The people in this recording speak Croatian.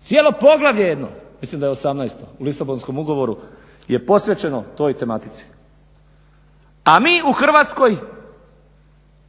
Cijelo poglavlje jedno mislim da je 18 u Lisabonskom ugovoru je posvećeno toj tematici, a mi u Hrvatskoj